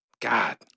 God